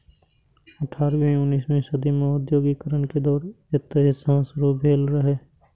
अठारहवीं उन्नसवीं सदी मे औद्योगिकीकरण के दौर एतहि सं शुरू भेल रहै